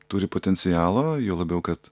turi potencialo juo labiau kad